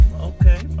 Okay